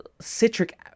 citric